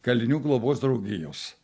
kalinių globos draugijos